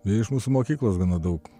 iš mūsų mokyklos gana daug